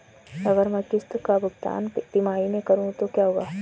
अगर मैं किश्त का भुगतान तिमाही में करूं तो क्या होगा?